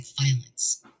violence